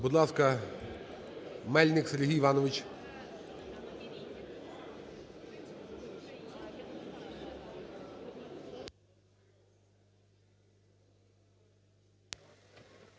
Будь ласка, Мельник Сергій Іванович.